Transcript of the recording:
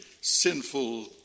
sinful